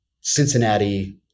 Cincinnati